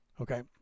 okay